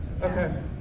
Okay